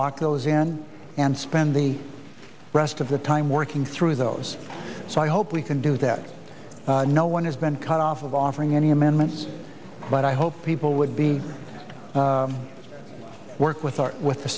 like goes in and spend the rest of the time working through those so i hope we can do that no one has been cut off of offering any amendments but i hope people would be work with our with